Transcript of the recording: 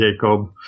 Jacob